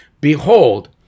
Behold